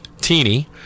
teeny